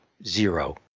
Zero